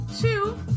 two